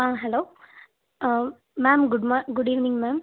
ஆ hello ma'am குட்மா good evening ma'am